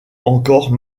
encore